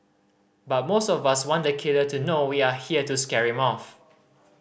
but most of us want the killer to know we are here to scare him off